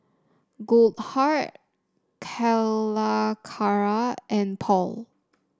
Goldheart Calacara and Paul